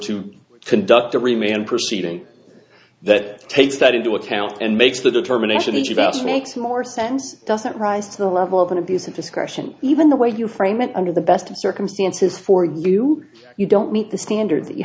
to conduct the remaining proceeding that takes that into account and makes the determination each of us makes more sense doesn't rise to the level of an abuse of discretion even the way you frame it under the best of circumstances for you you don't meet the standard that you